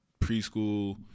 preschool